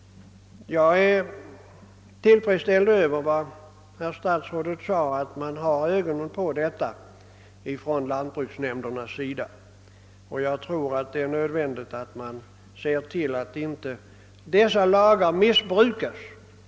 Jag är tillfredsställd med vad statsrådet sade om att lantbruksnämnderna har ögonen på problemet. Jag tror att det är nödvändigt att se till att lagarna inte missbrukas på det här området.